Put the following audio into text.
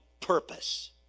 purpose